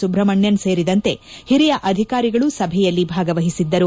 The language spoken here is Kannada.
ಸುಬ್ರಮಣ್ಯನ್ ಸೇರಿದಂತೆ ಹಿರಿಯ ಅಧಿಕಾರಿಗಳು ಸಭೆಯಲ್ಲಿ ಭಾಗವಹಿಸಿದ್ದರು